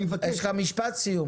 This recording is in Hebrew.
יש לך משפט סיום.